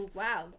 wow